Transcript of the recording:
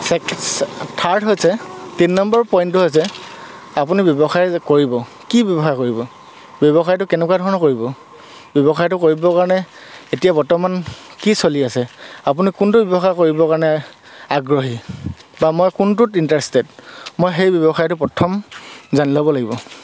third হৈছে তিনি নম্বৰৰ পইণ্টটো হৈছে আপুনি ব্যৱসায় কৰিব কি ব্যৱসায় কৰিব ব্যৱসায়টো কেনেকুৱা ধৰণৰ কৰিব ব্যৱসায়টো কৰিবৰ কাৰণে এতিয়া বৰ্তমান কি চলি আছে আপুনি কোনটো ব্যৱসায় কৰিবৰ কাৰণে আগ্ৰহী বা মই কোনটোত ইণ্টাৰেষ্টেড মই সেই ব্যৱসায়টো প্ৰথম জানি ল'ব লাগিব